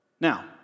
Now